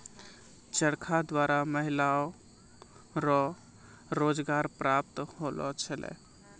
चरखा द्वारा महिलाओ रो रोजगार प्रप्त होलौ छलै